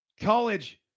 college